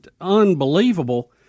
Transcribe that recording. unbelievable